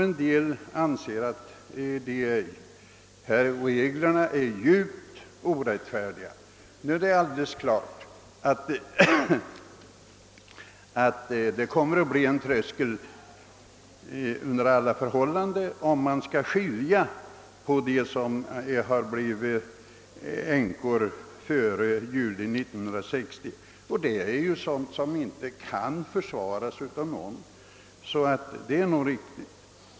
En del anser att reglerna är djupt orättfärdiga. Det är klart att det under alla förhållanden kommer att bli en tröskel, om man skall skilja på dem som blivit änkor före och efter juli 1960, men vad det här gäller är sådant som inte kan försvaras av någon.